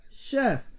chef